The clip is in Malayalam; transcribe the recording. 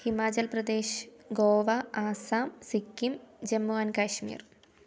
ഹിമാചൽപ്രദേശ് ഗോവ ആസ്സാം സിക്കിം ജമ്മു ആൻഡ് കാശ്മീർ